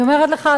אני אומרת לך,